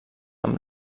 amb